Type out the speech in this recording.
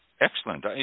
excellent